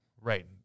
Right